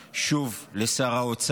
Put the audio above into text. שוב לשר האוצר: